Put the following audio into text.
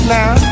now